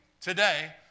today